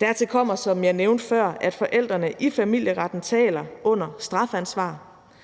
Dertil kommer, som jeg nævnte før, at forældrene i familieretten taler under strafansvar,